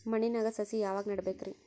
ಮಣ್ಣಿನಾಗ ಸಸಿ ಯಾವಾಗ ನೆಡಬೇಕರಿ?